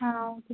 ஆ okay